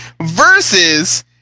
Versus